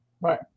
Right